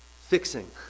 fixing